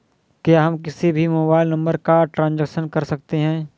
क्या हम किसी भी मोबाइल नंबर का ट्रांजेक्शन कर सकते हैं?